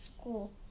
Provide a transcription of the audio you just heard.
school